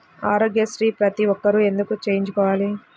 ఆరోగ్యశ్రీ ప్రతి ఒక్కరూ ఎందుకు చేయించుకోవాలి?